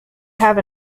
have